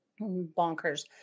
Bonkers